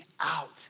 out